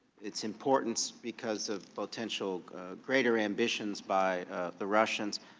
its importance because of potential greater ambitions by the russians.